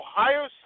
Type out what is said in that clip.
Ohio